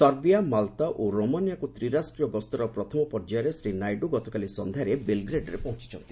Serbia Malta ଓ Romania ତ୍ରିରାଷ୍ଟ୍ରିୟ ଗସ୍ତର ପ୍ରଥମ ପର୍ଯ୍ୟାୟ ଶ୍ରୀ ନାଇଡ଼ୁ ଗତକାଳି ସନ୍ଧ୍ୟାରେ ବେଲଗ୍ରେଡରେ ପହଞ୍ଚୁଛନ୍ତି